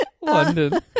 London